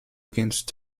against